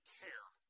care